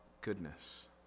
goodness